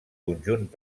conjunt